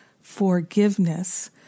forgiveness